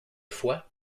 foie